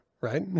right